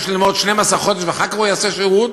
ללמוד 12 חודש ואחר כך הוא יעשה שירות,